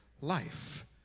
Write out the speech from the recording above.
life